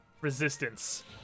resistance